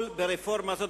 אתה מכיר את הרפורמה הזאת,